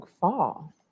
fall